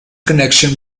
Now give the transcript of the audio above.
connection